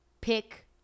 pick